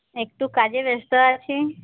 একটু কাজে ব্যস্ত আছি